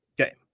Okay